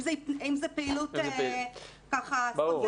אם זה פעילות ספונטנית,